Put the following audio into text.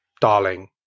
darling